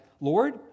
Lord